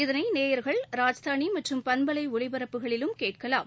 இதனை நேயர்கள் ராஜதானி மற்றும் பண்பலை ஒலிபரப்புகளிலும் கேட்கலாம்